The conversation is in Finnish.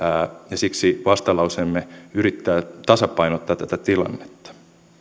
ja siksi vastalauseemme yrittää tasapainottaa tätä tilannetta